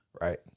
Right